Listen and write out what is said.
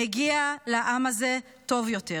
מגיע לעם הזה טוב יותר,